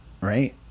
right